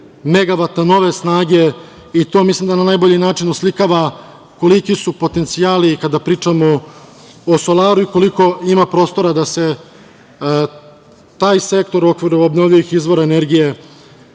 megavata nove snage. To mislim da na najbolji način oslikava koliki su potencijali kada pričamo o solaru i koliko ima prostora da se taj sektor u okviru obnovljivih izvora energije